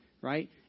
right